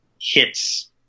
hits